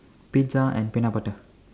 pizza and peanut butter